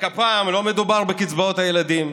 רק הפעם לא מדובר בקצבאות הילדים,